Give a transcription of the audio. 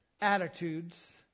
attitudes